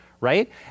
right